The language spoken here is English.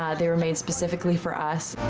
ah they were made specifically for us.